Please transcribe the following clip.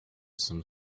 some